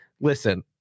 listen